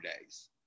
days